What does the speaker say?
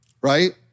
Right